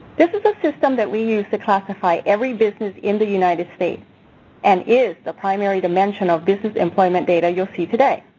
this is a system that we use to classify every business in the united states and is the primary dimension of business employment data that you'll see today.